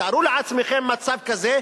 תארו לעצמכם מצב כזה,